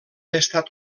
estat